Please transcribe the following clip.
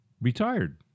retired